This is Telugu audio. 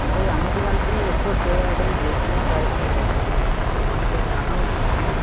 అంటే అన్నిటికంటే ఎక్కువ సేల్ అయ్యేవి జైశ్రీరామ్ రైస్ సేల్ అవుతున్నాయి ఎందుకంటే మంచిగా సన్నగా ఉంటాయా అండి